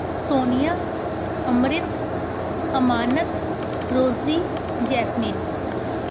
Sonia Amrit Amanat Rozi Jasmine